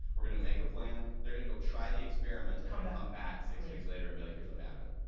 we're gonna make a plan, they're gonna go try the experiment and kind of then come back six weeks later and be like, here's what happened,